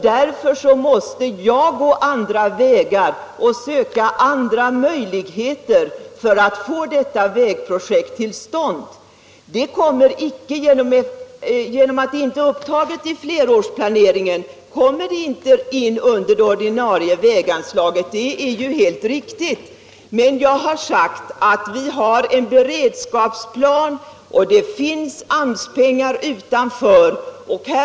Därför måste jag gå andra vägar och söka andra möjligheter för att få detta vägprojekt utfört. Det är helt riktigt att det inte kommer in under det ordinarie väganslaget på grund av att det inte är upptaget i flerårsplaneringen, men jag har sagt att vi har en beredskapsplan och att det finns AMS-pengar utanför detta anslag.